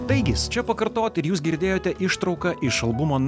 taigis čia pakartot ir jūs girdėjote ištrauką iš albumo